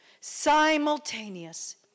Simultaneous